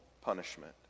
punishment